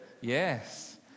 yes